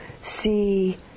see